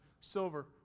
silver